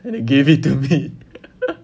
and they gave it to me